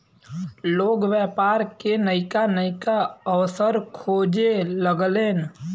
लोग व्यापार के नइका नइका अवसर खोजे लगेलन